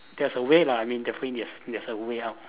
there's a way [what] I mean definitely there's there's a way out